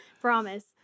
Promise